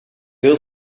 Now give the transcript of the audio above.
hield